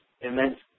Immense